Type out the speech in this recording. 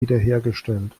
wiederhergestellt